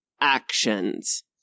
actions